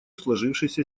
сложившейся